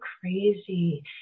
crazy